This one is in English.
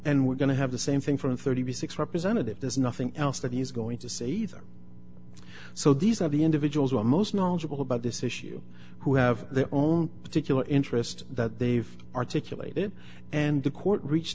and we're going to have the same thing for thirty six representatives there's nothing else that he's going to say either so these are the individuals who are most knowledgeable about this issue who have their own particular interest that they've articulated and the court reached